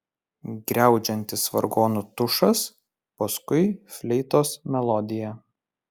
griaudžiantis vargonų tušas paskui fleitos melodija